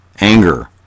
anger